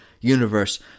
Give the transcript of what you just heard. universe